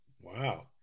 Wow